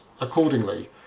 accordingly